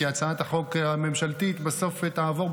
כי הצעת החוק הממשלתית בסוף תעבור,